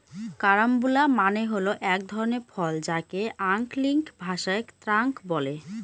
carambola মানে হল এক ধরনের ফল যাকে আঞ্চলিক ভাষায় ক্রাঞ্চ বলে